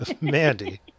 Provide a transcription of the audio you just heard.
Mandy